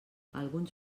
alguns